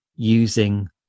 using